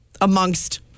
amongst